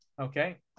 Okay